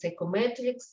psychometrics